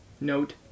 Note